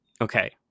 Okay